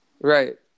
right